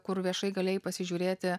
kur viešai galėjai pasižiūrėti